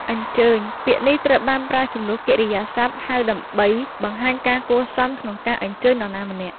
អញ្ជើញ ពាក្យនេះត្រូវបានប្រើជំនួសកិរិយាសព្ទ ហៅ ដើម្បីបង្ហាញការគួរសមក្នុងការអញ្ជើញនរណាម្នាក់។